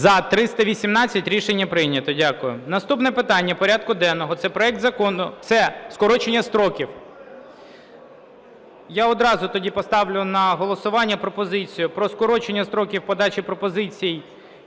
За-318 Рішення прийнято. Дякую. Наступне питання порядку денного – це проект Закону… Це скорочення строків. Я одразу тоді поставлю на голосування пропозицію про скорочення строків подачі пропозицій